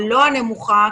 לא הנמוכה,